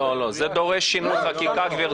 לא, זה דורש שינוי חקיקה, גברתי.